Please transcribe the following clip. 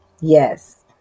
Yes